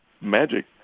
Magic